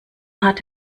hat